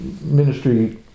ministry